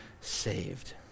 saved